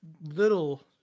little